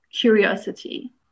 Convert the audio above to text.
curiosity